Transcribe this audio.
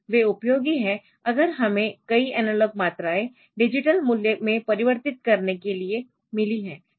वे उपयोगी है अगर हमें कई एनालॉग मात्राएं डिजिटल मूल्य में परिवर्तित करने के लिए मिली है